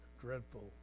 dreadful